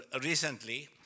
recently